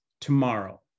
tomorrow